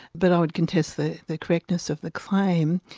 but i would contest the the correctness of the claim.